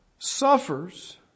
suffers